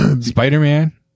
Spider-Man